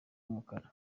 mukara